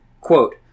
Quote